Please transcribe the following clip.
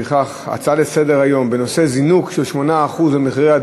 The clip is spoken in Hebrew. לפיכך ההצעה לסדר-היום בנושא זינוק של 8% במחירי